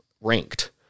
ranked